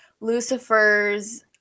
lucifer's